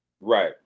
right